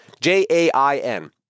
J-A-I-N